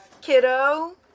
kiddo